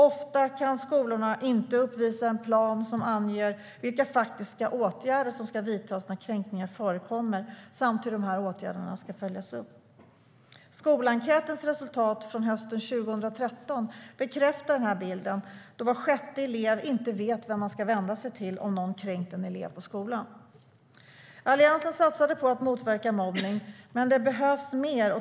Ofta kan skolorna inte uppvisa en plan som anger vilka faktiska åtgärder som ska vidtas när kränkningar förekommer samt hur dessa åtgärder ska följas upp. Skolenkätens resultat från hösten 2013 bekräftar denna bild, då var sjätte elev inte vet vem de ska vända sig till om någon kränkt en elev på skolan. Alliansen satsade på att motverka mobbning, men det behövs mer.